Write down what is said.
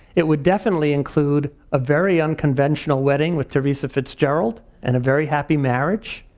it would definitely include a very unconventional wedding with theresa fitzgerald and a very happy marriage.